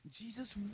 Jesus